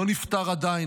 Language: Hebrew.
לא נפתר עדיין,